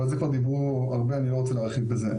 אבל על זה כבר דיברו הרבה ואני לא רוצה להרחיב בזה.